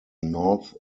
north